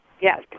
Yes